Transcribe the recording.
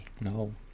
No